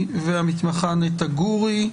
והמתמחה נטע גורי.